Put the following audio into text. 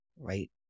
right